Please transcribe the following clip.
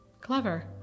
Clever